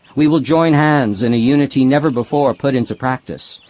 we will join hands in a unity never before put into practice.